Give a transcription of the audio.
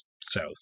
south